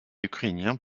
ukrainiens